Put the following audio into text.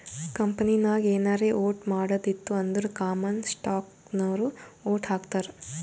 ಕಂಪನಿನಾಗ್ ಏನಾರೇ ವೋಟ್ ಮಾಡದ್ ಇತ್ತು ಅಂದುರ್ ಕಾಮನ್ ಸ್ಟಾಕ್ನವ್ರು ವೋಟ್ ಹಾಕ್ತರ್